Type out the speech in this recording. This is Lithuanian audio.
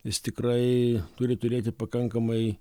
jis tikrai turi turėti pakankamai